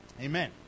Amen